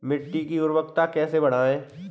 मिट्टी की उर्वरता कैसे बढ़ाएँ?